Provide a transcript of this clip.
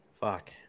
Fuck